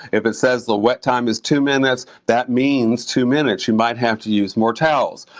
if it says the wet time is two minutes, that means two minutes. you might have to use more towels.